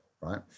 right